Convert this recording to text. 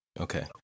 okay